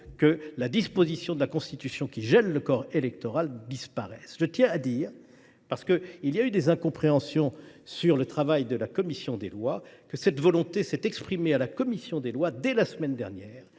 que la disposition de la Constitution qui gèle le corps électoral disparaisse. Je tiens à dire – il y a eu des incompréhensions à l’égard du travail de la commission des lois – que cette volonté s’est exprimée en commission dès la semaine dernière.